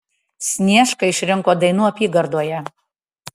sniešką išrinko dainų apygardoje